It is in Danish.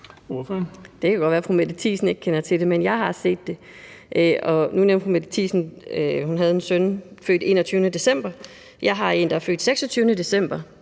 Det kan godt være, at fru Mette Thiesen ikke kender til det, men jeg har set det. Og nu nævnte fru Mette Thiesen, at hun har en søn, der er født den 21. december – jeg har en søn, der er født den 26. december,